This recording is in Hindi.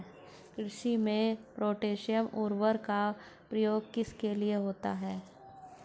कृषि में पोटैशियम उर्वरक का प्रयोग किस लिए होता है?